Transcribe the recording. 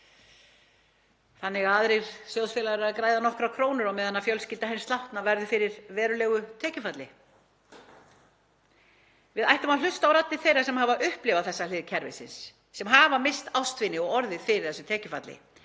þannig að aðrir sjóðfélagar eru að græða nokkrar krónur á meðan fjölskylda hins látna verður fyrir verulegu tekjufalli. Við ættum að hlusta á raddir þeirra sem hafa upplifað þessa hlið kerfisins, sem hafa misst ástvini og orðið fyrir tekjufalli,